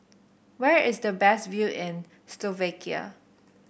where is the best view in Slovakia